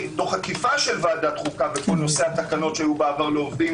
תוך עקיפת ועדת חוקה בכל נושא התקנות שהיו בעבר לעובדים